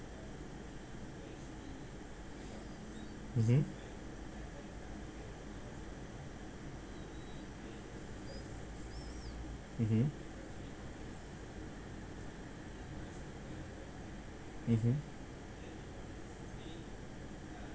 mmhmm mmhmm mmhmm